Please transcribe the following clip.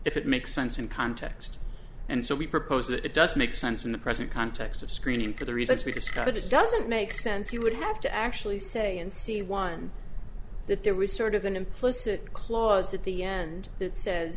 if it makes sense in context and so we propose that it does make sense in the present context of screening for the reasons we discovered it doesn't make sense he would have to actually say and see one that there was sort of an implicit clause at the end that sa